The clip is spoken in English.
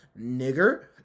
nigger